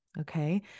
Okay